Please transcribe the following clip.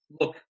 look